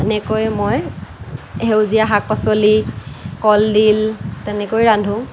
এনেকৈ মই সেউজীয়া শাক পাচলি কলডিল তেনেকৈ ৰান্ধোঁ